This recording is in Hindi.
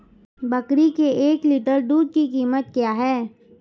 बकरी के एक लीटर दूध की कीमत क्या है?